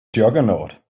juggernaut